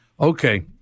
Okay